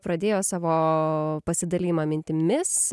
pradėjo savo pasidalijimą mintimis